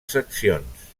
seccions